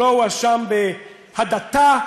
הוא לא הואשם בהדתה,